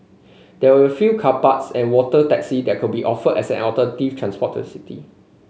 there will fewer car parks and water taxi that could be offered as an alternative transport to city